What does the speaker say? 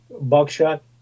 buckshot